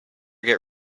get